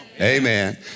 Amen